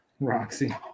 Roxy